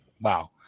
Wow